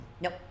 Nope